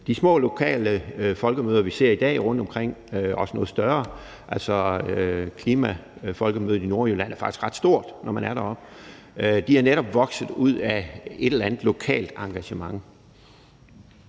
De små lokale folkemøder, vi i dag ser rundtomkring, og også de noget større – Klimafolkemødet i Nordjylland er faktisk ret stort, når man er deroppe – er netop vokset ud af et eller andet lokalt engagement.